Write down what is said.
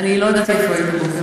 אני לא ידעתי איפה היית בבוקר.